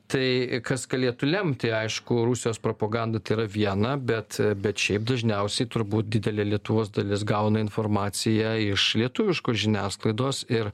tai kas galėtų lemti aišku rusijos propaganda tai yra viena bet bet šiaip dažniausiai turbūt didelė lietuvos dalis gauna informaciją iš lietuviškos žiniasklaidos ir